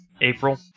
April